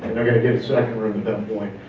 you're gonna get a second room at that point.